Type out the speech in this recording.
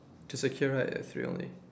to secure right ya three only